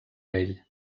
vell